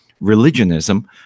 religionism